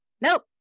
nope